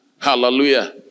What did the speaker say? hallelujah